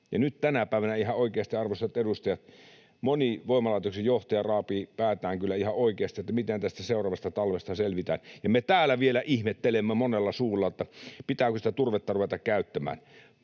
ja nyt tänä päivänä ihan oikeasti, arvoisat edustajat, moni voimalaitoksen johtaja raapii päätään kyllä ihan oikeasti, että miten tästä seuraavasta talvesta selvitään, ja me täällä vielä ihmettelemme monella suulla, että pitääkö sitä turvetta ruveta käyttämään.